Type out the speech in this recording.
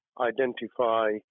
Identify